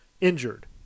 injured